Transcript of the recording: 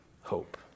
hope